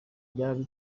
byaje